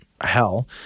hell